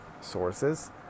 sources